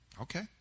Okay